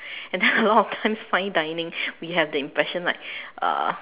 and a lot of times fine dining we have the impression like uh